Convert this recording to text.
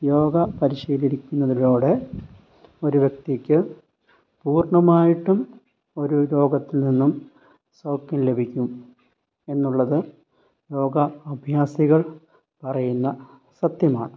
യോഗ പരിശീലിക്കുന്നതോടെ ഒരു വ്യക്തിക്ക് പൂർണ്ണമായിട്ടും ഒരു രോഗത്തിൽ നിന്നും സൗഖ്യം ലഭിക്കും എന്നുള്ളത് യോഗ അഭ്യാസികൾ പറയുന്ന സത്യമാണ്